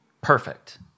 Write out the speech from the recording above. Perfect